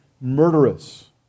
murderous